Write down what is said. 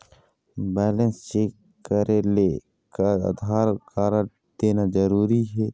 Balance check करेले का Aadhaar card देना जरूरी हे?